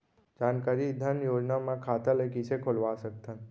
जानकारी धन योजना म खाता ल कइसे खोलवा सकथन?